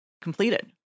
completed